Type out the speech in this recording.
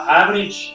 average